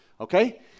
Okay